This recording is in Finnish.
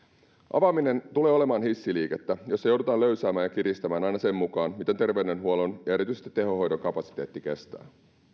avaaminen tulee olemaan hissiliikettä jossa joudutaan löysäämään ja kiristämään aina sen mukaan miten terveydenhuollon ja erityisesti tehohoidon kapasiteetti kestää